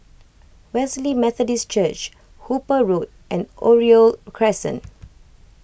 Wesley Methodist Church Hooper Road and Oriole Crescent